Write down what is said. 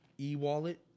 e-wallet